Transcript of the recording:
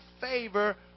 favor